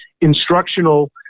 instructional